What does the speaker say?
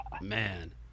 Man